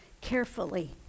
carefully